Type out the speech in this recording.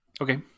Okay